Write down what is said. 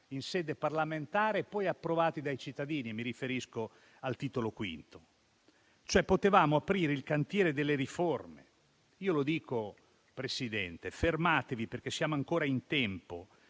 in sede parlamentare e poi approvati dai cittadini (mi riferisco al Titolo V); potevamo cioè aprire il cantiere delle riforme. Signora Presidente, io dico fermatevi, perché siamo ancora in tempo,